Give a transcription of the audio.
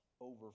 over